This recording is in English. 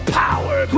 power